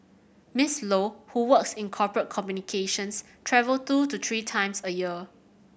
Miss Low who works in corporate communications travel two to three times a year